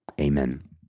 Amen